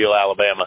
Alabama